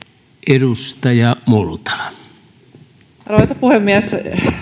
arvoisa puhemies